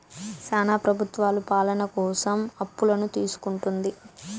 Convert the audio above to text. శ్యానా ప్రభుత్వాలు పాలన కోసం అప్పులను తీసుకుంటుంది